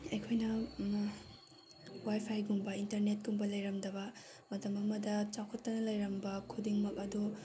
ꯑꯩꯈꯣꯏꯅ ꯋꯥꯏ ꯐꯥꯏꯒꯨꯝꯕ ꯏꯟꯇꯔꯅꯦꯠꯀꯨꯝꯕ ꯂꯩꯔꯝꯗꯕ ꯃꯇꯝ ꯑꯃꯗ ꯆꯥꯎꯈꯠꯇꯅ ꯂꯩꯔꯝꯕ ꯈꯨꯗꯤꯡꯃꯛ ꯑꯗꯨ